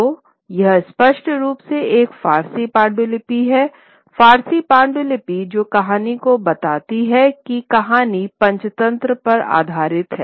तो यह स्पष्ट रूप से एक फ़ारसी पांडुलिपि हैं फ़ारसी पांडुलिपि जो कहानी को बताती है की कहानी पंचतंत्र पर आधारित है